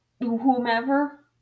whomever